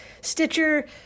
Stitcher